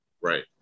Right